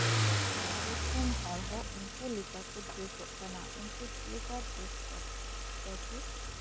ᱵᱷᱟᱨᱚᱛ ᱨᱮᱱ ᱦᱚᱲ ᱦᱚᱸ ᱩᱱᱠᱩ ᱞᱮᱠᱟ ᱠᱚ ᱰᱨᱮᱥᱚᱜ ᱠᱟᱱᱟ ᱩᱱᱠᱩ ᱞᱮᱠᱟ ᱰᱨᱮᱥ ᱞᱮᱠᱟ ᱟᱫᱚ